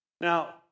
Now